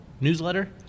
newsletter